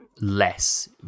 less